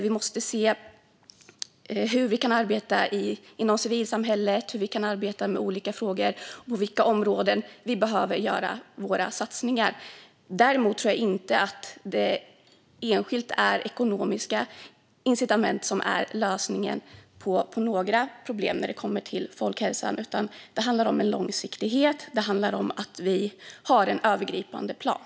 Vi måste se hur vi kan arbeta inom civilsamhället med olika frågor och på vilka områden vi behöver göra satsningar. Jag tror inte att ekonomiska incitament enskilt är lösningen på några problem när det gäller folkhälsa, utan det handlar om långsiktighet och att ha en övergripande plan.